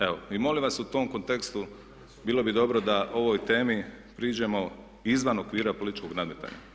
Evo i molim vas u tom kontekstu bilo bi dobro da ovoj temi priđemo izvan okvira političkog nadmetanja.